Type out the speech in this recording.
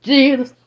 Jesus